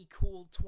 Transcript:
cool